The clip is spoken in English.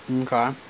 okay